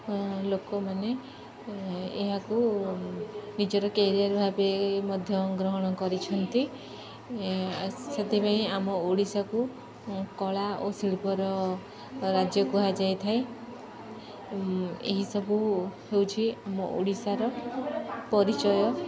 ଲୋକମାନେ ଏହାକୁ ନିଜର କ୍ୟାରିଅର୍ ଭାବେ ମଧ୍ୟ ଗ୍ରହଣ କରିଛନ୍ତି ସେଥିପାଇଁ ଆମ ଓଡ଼ିଶାକୁ କଳା ଓ ଶିଳ୍ପର ରାଜ୍ୟ କୁହାଯାଇଥାଏ ଏହିସବୁ ହେଉଛି ଆମ ଓଡ଼ିଶାର ପରିଚୟ